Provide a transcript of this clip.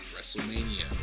WrestleMania